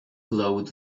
glowed